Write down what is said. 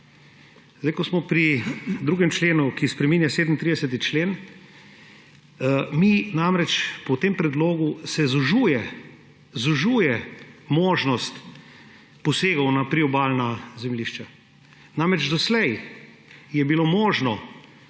Ko smo pri 2. členu, ki spreminja 37. člen, se po tem predlogu zožuje možnost posegov na priobalna zemljišča. Doslej je bilo možno,